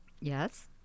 yes